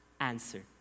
answer